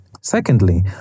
Secondly